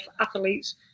athletes